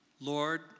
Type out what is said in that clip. Lord